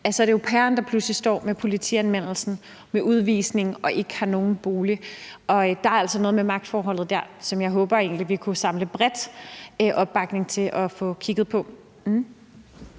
risikerer at stå med politianmeldelsen, med udvisning og med ikke at have nogen bolig. Og der er altså noget med magtforholdet der, som jeg håber vi kan samle bred opbakning til at få kigget på.